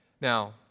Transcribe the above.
Now